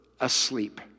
asleep